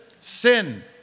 sin